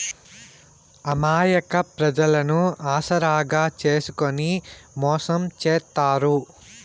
అమాయక ప్రజలను ఆసరాగా చేసుకుని మోసం చేత్తారు